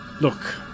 Look